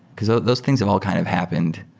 because those those things have all kind of happened.